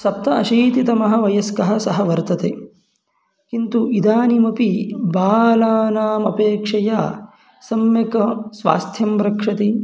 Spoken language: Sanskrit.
सप्त अशीतितमः वयस्कः सः वर्तते किन्तु इदानिमपि बालानामपेक्षया सम्यक् स्वास्थ्यं रक्षति